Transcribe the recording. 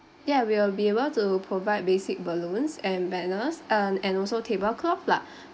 ya we'll be able to provide basic balloons and banners uh and also tablecloth lah